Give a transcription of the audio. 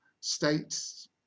states